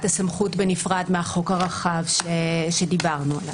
הסמכות בנפרד מהחוק הרחב שדיברנו עליו.